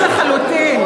שני דברים שונים לחלוטין.